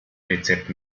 rezept